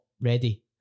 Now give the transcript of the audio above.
ready